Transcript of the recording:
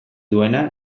duena